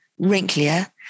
wrinklier